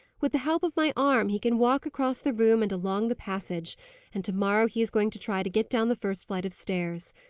with the help of my arm, he can walk across the room and along the passage and to-morrow he is going to try to get down the first flight of stairs.